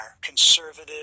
Conservative